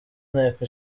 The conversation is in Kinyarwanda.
inteko